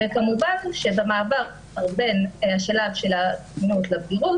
וכמובן שבמעבר בין השלב של הקטינות לבגירות,